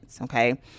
Okay